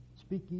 Speak